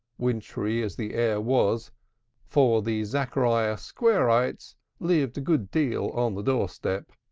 wintry as the air was for the zachariah squareites lived a good deal on the door-step.